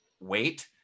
wait